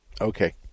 Okay